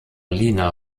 lina